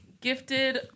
Gifted